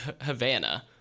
Havana